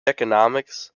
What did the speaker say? economics